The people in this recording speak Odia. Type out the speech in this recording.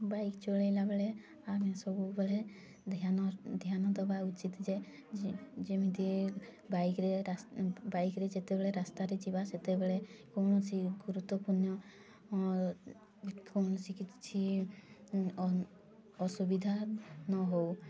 ବାଇକ୍ ଚଳେଇଲା ବେଳେ ଆମେ ସବୁବେଳେ ଧ୍ୟାନ ଧ୍ୟାନ ଦେବା ଉଚିତ୍ ଯେ ଯେମିତି ବାଇକ୍ରେ ରାସ୍ ବାଇକ୍ରେ ଯେତେବେଳେ ରାସ୍ତାରେ ଯିବା ସେତେବେଳେ କୌଣସି ଗୁରୁତ୍ଵପୂର୍ଣ୍ଣ କୌଣସି କିଛି ଅସୁବିଧା ନ ହେଉ